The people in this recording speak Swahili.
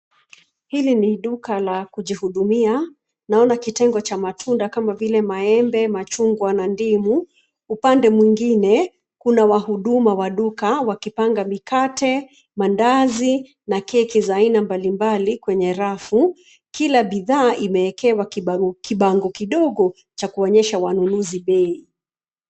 Hili ni duka la kujihudumia, naona kitengo cha matunda kama vile maembe machungwa na ndimu. Upande mwingine kuna wahuduma wa duka wakipanga mikate ,mandazi na keki za aina mbali mbali kwenye rafu, kila bidhaa imeweka kibango kidogo cha kuonyesha wanunuzi bei.